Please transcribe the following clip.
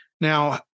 Now